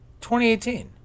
2018